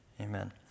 Amen